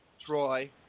Troy